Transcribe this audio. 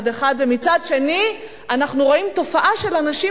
ומצד שני אנחנו רואים תופעה של אנשים